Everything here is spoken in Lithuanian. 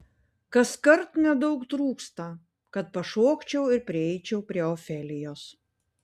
kaskart nedaug trūksta kad pašokčiau ir prieičiau prie ofelijos